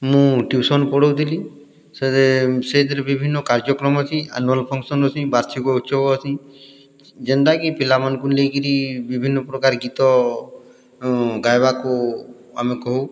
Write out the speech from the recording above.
ମୁଁ ଟ୍ୟୁସନ୍ ପଢ଼ାଉଥିଲି ସେ ସେଇଥିରେ ବିଭିନ୍ନ କାର୍ଯ୍ୟକ୍ରମ ଅଛିଁ ଆନୁଆଲ୍ ଫଙ୍କସନ୍ ଅଛିଁ ବାର୍ଷିକ ଉତ୍ସବ ଅଛିଁ ଯେନ୍ଟାକି ପିଲାମାନଙ୍କୁ ନେଇକରି ବିଭିନ୍ନ ପ୍ରକାର ଗୀତ ଗାଇବାକୁ ଆମେ କହୁ